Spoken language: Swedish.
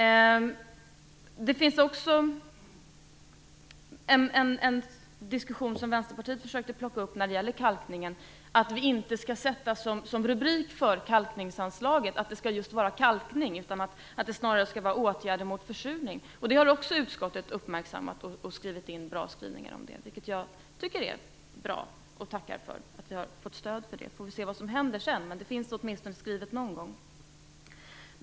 Det finns också en diskussion som Vänsterpartiet försökte ta upp när det gäller kalkningen, att vi inte skall sätta som rubrik för kalkningsanslaget att det just skall vara kalkning, utan att det snarare skall vara åtgärder mot försurning. Det har också utskottet uppmärksammat och fört in bra skrivningar om, vilket jag tycker är bra. Jag tackar för att vi har fått stöd för det. Vi får se vad som händer sedan, men det finns åtminstone skrivet någon gång.